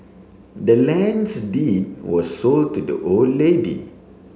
the land's deed was sold to the old lady